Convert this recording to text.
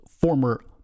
former